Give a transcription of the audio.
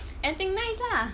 anything nice lah